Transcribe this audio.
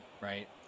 right